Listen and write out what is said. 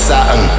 Saturn